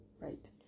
right